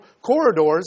corridors